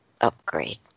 upgrade